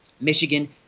Michigan